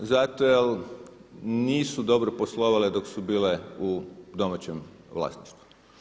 Zato jer nisu dobro poslovale dok su bile u domaćem vlasništvu.